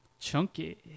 Chunky